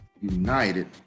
united